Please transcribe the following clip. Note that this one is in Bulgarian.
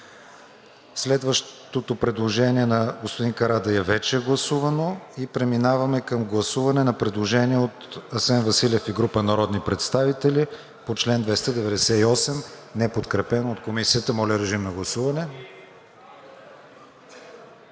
Следващото предложение на господин Карадайъ вече е гласувано. Преминаваме към гласуване на предложение от Асен Василев и група народни представители по чл. 298, неподкрепен от Комисията. Гласували